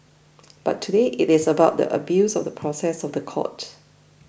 but today it is about the abuse of the process of the court